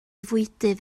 fwydydd